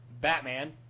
Batman